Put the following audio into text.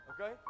Okay